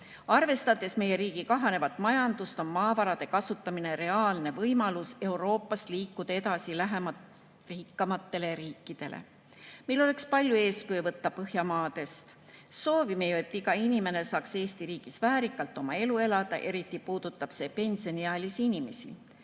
Arvestades meie riigi kahanevat majandust, on maavarade kasutamine reaalne võimalus liikuda lähemale Euroopa rikkamatele riikidele. Meil oleks palju eeskuju võtta Põhjamaadest. Soovime ju, et iga inimene saaks Eesti riigis väärikalt oma elu elada. Eriti puudutab see pensioniealisi inimesi,